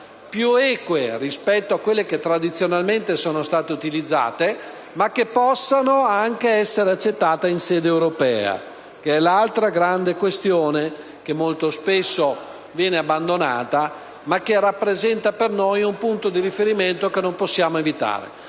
più eque rispetto a quelle tradizionalmente utilizzate, ma che possano anche essere accettate in sede europea, l'altro importante aspetto che molto spesso viene trascurato ma che rappresenta per noi un punto di riferimento che non possiamo evitare